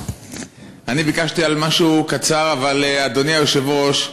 אני ביקשתי לומר משהו קצר, אבל, אדוני היושב-ראש,